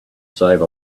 save